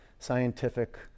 scientific